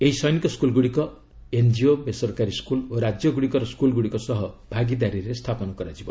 ଏହି ସୈନିକ ସ୍କୁଲଗୁଡ଼ିକ ଏନ୍ଜିଓ ବେସରକାରୀ ସ୍କୁଲ୍ ଓ ରାଜ୍ୟ ଗୁଡ଼ିକର ସ୍କୁଲ ଗୁଡ଼ିକ ସହ ଭାଗିଦାରୀରେ ସ୍ଥାପନ କରାଯିବ